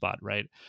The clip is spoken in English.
right